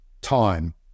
time